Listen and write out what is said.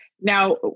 Now